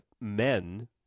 men